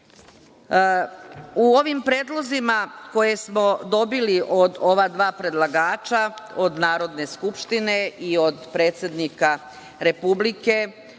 ovim predlozima koje smo dobili od ova dva predlagača, od Narodne skupštine i od predsednika Republike,